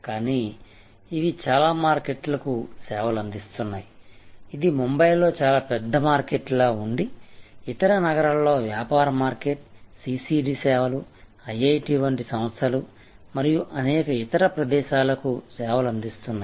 కానీ ఇవి చాలా మార్కెట్లకు సేవలు అందిస్తున్నాయి ఇది బొంబాయిలో చాలా పెద్ద మార్కెట్గా ఉండి ఇతర నగరాల్లో వ్యాపార మార్కెట్ సిసిడి సేవలు ఐఐటి వంటి సంస్థలు మరియు అనేక ఇతర ప్రదేశాలకు సేవలు అందిస్తున్నాయి